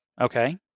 Okay